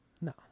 No